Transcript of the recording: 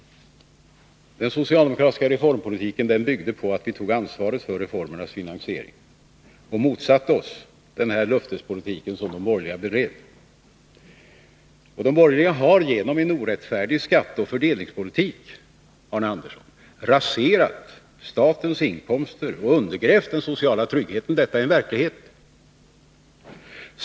Den socialdemokratiska reformpolitiken byggde på att vi tog ansvar för reformernas finansiering och motsatte oss den löftespolitik som de borgerliga bedrev. De borgerliga har genom en orättfärdig skatteoch fördelningspolitik raserat statens finanser och undergrävt den sociala tryggheten.